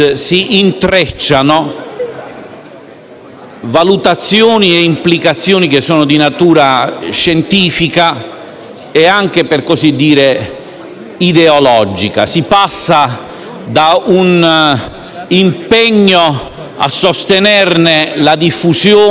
valutazioni e implicazioni di natura scientifica e anche ideologica. Si passa da un impegno a sostenerne la diffusione e la legalizzazione per fini